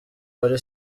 bari